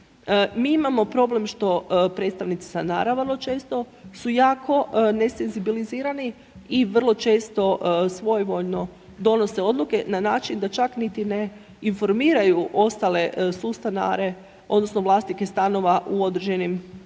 Mi imamo problem što predstavnici stanara vrlo često su jako nesenzibilizirani i vrlo često svojevoljno donose odluke na način da čak niti ne informiraju ostale sustanare, odnosno vlasnike stanova u određenim građevinama